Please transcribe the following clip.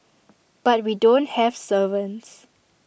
but we don't have servants